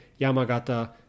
Yamagata